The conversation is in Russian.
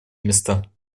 места